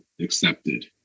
accepted